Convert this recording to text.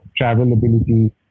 travelability